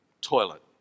toilet